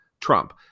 Trump